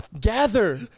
Gather